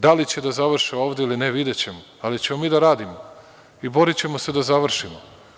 Da li će da završe ovde ili ne, videćemo, ali ćemo mi da radimo i borićemo se da završimo.